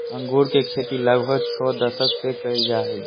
अंगूर के खेती लगभग छो दशक से कइल जा हइ